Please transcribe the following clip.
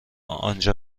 آنجا